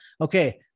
Okay